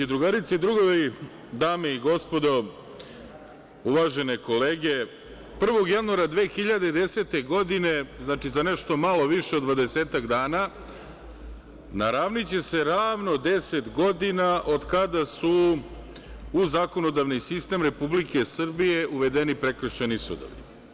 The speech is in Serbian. Drugarice i drugovi, dame i gospodo, uvažene kolege, 1. januara 2010. godine, znači za nešto malo više od dvadesetak dana, naravni će se ravno 10 godina, od kada su u zakonodavni sistem Republike Srbije uvedeni prekršajni sudovi.